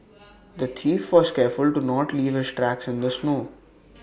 the thief was careful to not leave his tracks in the snow